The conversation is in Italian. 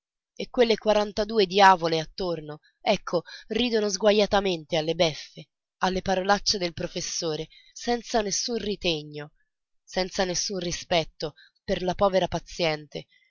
e quelle quarantadue diavole attorno ecco ridono sguajatamente alle beffe alle parolacce del professore senza nessun ritegno senza nessun rispetto per la povera paziente